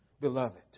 beloved